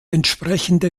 entsprechende